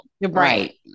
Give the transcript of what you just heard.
Right